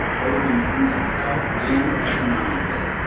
both in terms of health, and economically.